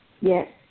Yes